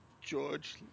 George